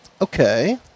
Okay